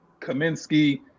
kaminsky